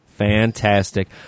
Fantastic